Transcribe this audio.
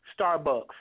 Starbucks